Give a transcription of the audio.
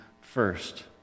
first